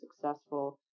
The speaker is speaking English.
successful